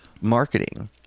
marketing